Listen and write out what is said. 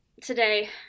today